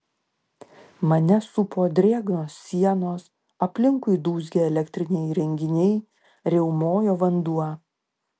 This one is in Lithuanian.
mane supo drėgnos sienos aplinkui dūzgė elektriniai įrenginiai riaumojo vanduo